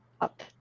up